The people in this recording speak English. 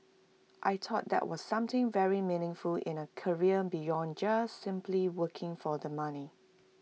I thought that was something very meaningful in A career beyond just simply working for the money